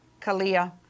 Kalia